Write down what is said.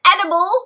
edible